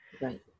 Right